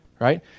right